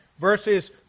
Verses